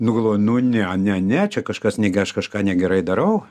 nu galvoju nu ne ne ne čia kažkas negi aš kažką negerai darau